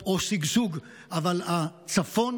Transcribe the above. או "שגשוג"; הצפון